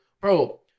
bro